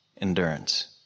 endurance